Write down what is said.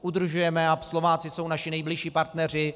Udržujeme a Slováci jsou naši nejbližší partneři.